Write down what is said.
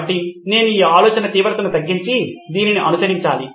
కాబట్టి నేను నా ఆలోచన తీవ్రతను తగ్గించి దీనిని అనుసరించాలి